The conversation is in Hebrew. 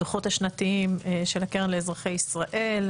הדו"חות השנתיים של הקרן לאזרחי ישראל,